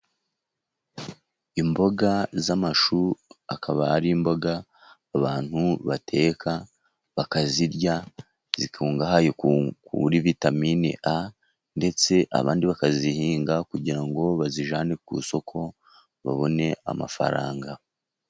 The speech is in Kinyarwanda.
Imboga z'amashu akaba ari imboga abantu bateka bakazirya, zikungahaye kuri vitaminini a, ndetse abandi bakazihinga, kugira ngo bazijyane ku isoko, babone amafaranga.